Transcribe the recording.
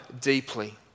deeply